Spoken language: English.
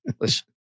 Listen